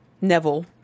Neville